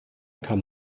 kann